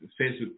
Facebook